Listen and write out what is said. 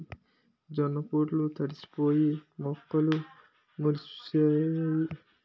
జొన్న పొట్లు తడిసిపోయి మొక్కలు మొలిసేసాయి